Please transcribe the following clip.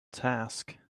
task